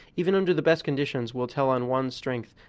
even under the best conditions, will tell on one's strength,